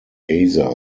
gaza